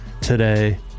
today